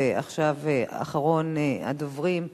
ועכשיו אחרון הדוברים,